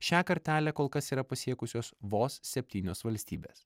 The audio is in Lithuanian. šią kartelę kol kas yra pasiekusios vos septynios valstybės